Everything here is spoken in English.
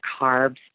carbs